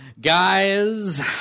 Guys